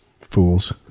Fools